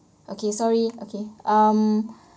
okay sorry okay um